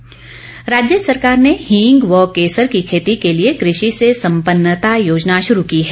हींग राज्य सरकार ने हींग व केसर की खेती के लिए कृषि से संपन्नता योजना शुरू की है